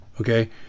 Okay